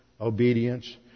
obedience